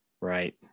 Right